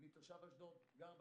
אני תושב אשדוד, גר באשדוד.